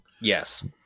Yes